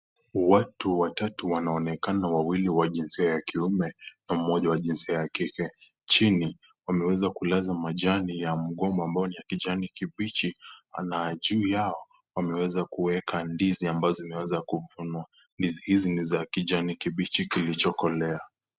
Watu watatu wanaonekana wawili wa jinsia ya kiume na mmoja wa jinsia ya kike. Chini pameweza kulala majani ya mgomba ambayo ni ya kijani kibichi na juu yao wameweza kuweka ndizi ambazo zimeweza kufunua. Ndizi hizi, ni za kijani kibichi kilichokolea.